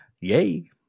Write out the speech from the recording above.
Yay